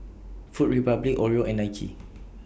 Food Republic Oreo and Nike